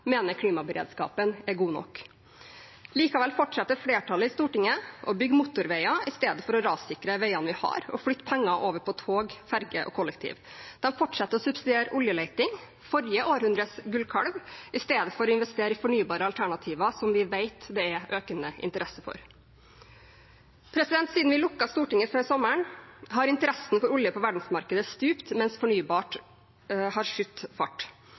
mener at klimaberedskapen er god nok. Likevel fortsetter flertallet i Stortinget å bygge motorveier istedenfor å rassikre veiene vi har og flytte penger over på tog, ferge og kollektiv. De fortsetter å subsidiere oljeleting, forrige århundres gullkalv, istedenfor å investere i fornybare alternativer som vi vet det er økende interesse for. Siden vi lukket Stortinget før sommeren, har interessen for olje på verdensmarkedet stupt, mens den for fornybart har skutt fart.